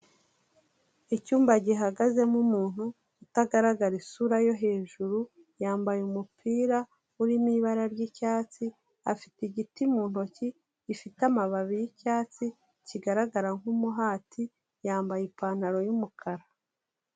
Icyumba gihagazemo umuntu utagaragara isura yo hejuru yambaye umupira urimo ibara ry'icyatsi, afite igiti mu ntoki gifite amababi y'icyatsi kigaragara nk'umuhati, yambaye ipantaro y'umukara.